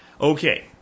Okay